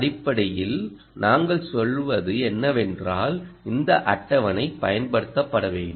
அடிப்படையில் நாங்கள் சொல்வது என்னவென்றால் இந்த அட்டவணை பயன்படுத்தப்பட வேண்டும்